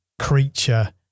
creature